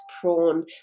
prawn